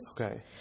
okay